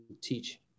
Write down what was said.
teach